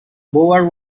bowyer